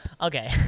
Okay